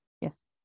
Yes